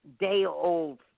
day-old